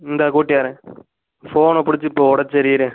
இந்தா கூட்டிவர்றேன் ஃபோனை பிடிச்சி இப்போ ஒடைச்சி எரிகிறேன்